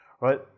right